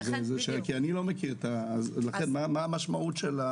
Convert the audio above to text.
לכן שאלתי מה המשמעות.